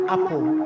Apple